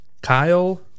kyle